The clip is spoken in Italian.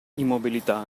immobilità